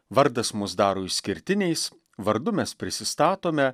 vardas mus daro išskirtiniais vardu mes prisistatome